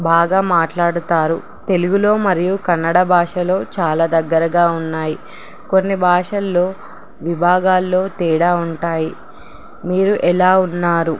బాగా మాట్లాడుతారు తెలుగులో మరియు కన్నడ భాషలో చాలా దగ్గరగా ఉన్నాయి కొన్ని భాషల్లో విభాగాల్లో తేడా ఉంటాయి మీరు ఎలా ఉన్నారు